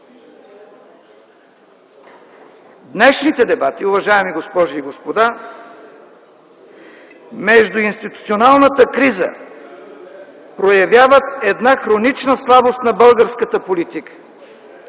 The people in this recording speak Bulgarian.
Днешните дебати, уважаеми госпожи и господа, междуинституционалната криза проявяват една хронична слабост на българската политика.